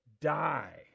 die